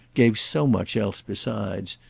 gave so much else besides,